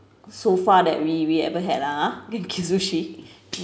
so far that we we ever had lah ah genki sushi